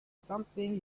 something